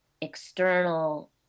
external